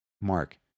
Mark